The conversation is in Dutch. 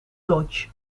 dodge